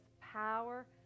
power